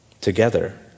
together